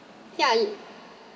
ya you